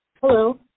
Hello